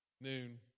noon